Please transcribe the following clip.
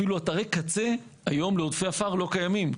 אפילו אתרי קצה היום לעודפי עפר לא קיימים.